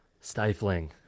Stifling